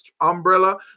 umbrella